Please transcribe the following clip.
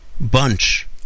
bunch